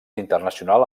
internacional